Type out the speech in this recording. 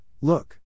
Look